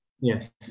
Yes